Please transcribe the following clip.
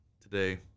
today